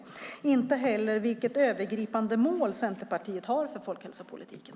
Jag fick inte heller något svar på vilket övergripande mål som Centerpartiet har för folkhälsopolitiken.